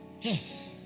yes